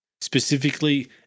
specifically